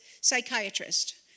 psychiatrist